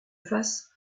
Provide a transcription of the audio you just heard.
face